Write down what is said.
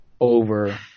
over